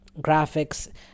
graphics